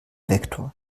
vektor